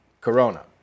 corona